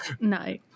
no